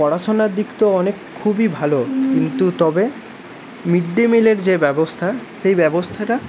পড়াশোনার দিক তো অনেক খুবই ভালো কিন্তু তবে মিড ডে মিলের যে ব্যবস্থা সেই ব্যবস্থাটা